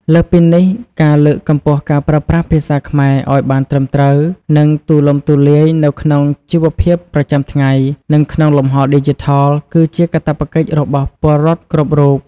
លើសពីនេះ ការលើកកម្ពស់ការប្រើប្រាស់ភាសាខ្មែរឱ្យបានត្រឹមត្រូវ និងទូលំទូលាយនៅក្នុងជីវភាពប្រចាំថ្ងៃ និងក្នុងលំហឌីជីថល គឺជាកាតព្វកិច្ចរបស់ពលរដ្ឋគ្រប់រូប។